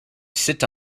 sit